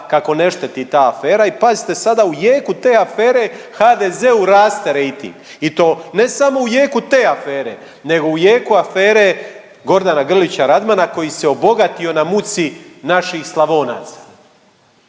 kako ne šteti ta afera i pazite sada u jeku te afere HDZ-u raste rejting i to ne samo u jeku te afere, nego u jeku afere Gordana Grlića Radmana koji se obogatio na muci naših Slavonaca.